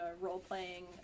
role-playing